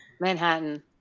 Manhattan